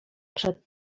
przed